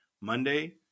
Monday